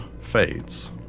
fades